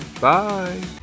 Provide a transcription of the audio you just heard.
Bye